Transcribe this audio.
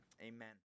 amen